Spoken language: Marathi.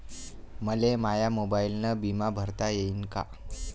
मले माया मोबाईलनं बिमा भरता येईन का?